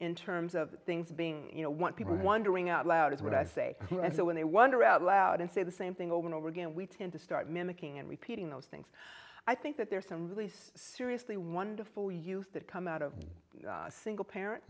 in terms of things being you know want people wondering out loud is what i say and so when they wonder out loud and say the same thing over and over again we tend to start mimicking and repeating those things i think that there are some release seriously wonderful use that come out of single parent